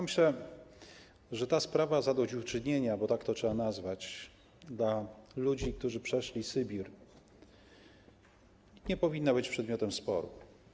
Myślę, że sprawa zadośćuczynienia, bo tak to trzeba nazwać, ludziom, którzy przeszli Sybir, nie powinna być przedmiotem sporu.